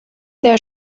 der